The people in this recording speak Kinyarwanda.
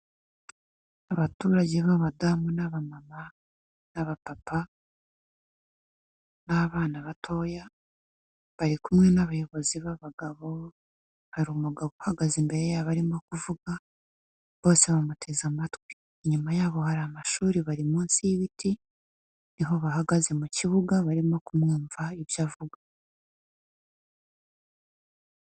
Abaturage b'abadamu n'aba mama n'aba papa, n'abana batoya bari kumwe n'abayobozi b'abagabo, hari umugabo uhagaze imbere yabo arimo kuvuga bose bamuteze amatwi inyuma yabo hari amashuri bari munsi y'ibiti niho bahagaze mu kibuga barimo kumwumva ibyo avuga.